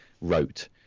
wrote